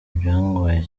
byangoye